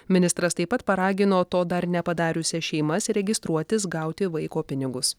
ministras taip pat paragino to dar nepadariusias šeimas registruotis gauti vaiko pinigus